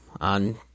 on